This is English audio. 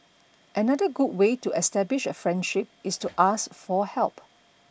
another good way to establish a friendship is to ask for help